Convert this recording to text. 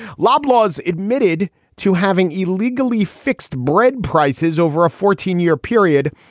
loblaws admitted to having illegally fixed bread prices over a fourteen year period.